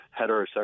heterosexual